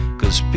cause